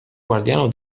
guardiano